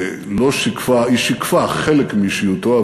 בציבור שיקפה חלק מאישיותו,